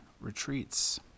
retreats